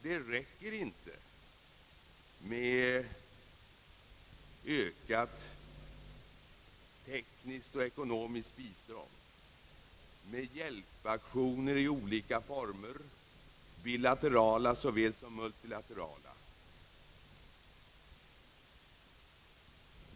Det räcker inte med ett ökat tekniskt och ekonomiskt bistånd eller med hjälpaktioner i olika former, bilaterala såväl som multilaterala.